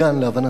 להבנתי.